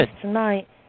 tonight